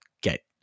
get